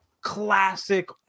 Classic